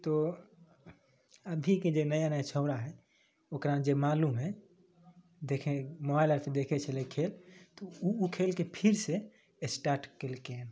तो अभी के जे नया नया छौड़ा हय ओकरा जे मालुम हय देखै मोबाइल आजकल देखै छलै खेल तऽ ऊ ऊ खेल के फिर से स्टाट केलकै हन